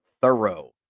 thorough